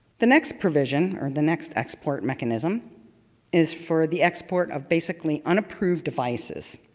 the next provision, or the next export mechanism is for the export of basically unapproved devices.